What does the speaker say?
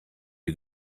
you